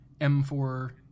M4